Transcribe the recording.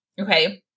Okay